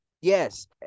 Yes